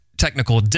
technical